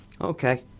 Okay